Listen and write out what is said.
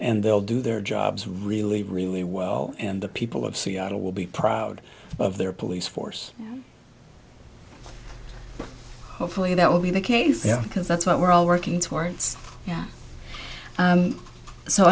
and they'll do their jobs really really well and the people of seattle will be proud of their police force hopefully that will be the case because that's what we're all working toward